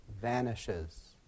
vanishes